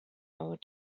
our